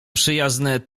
przyjazne